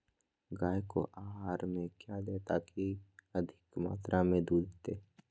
गाय को आहार में क्या दे ताकि अधिक मात्रा मे दूध दे?